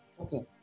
okay